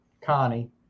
Connie